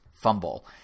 fumble